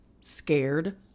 scared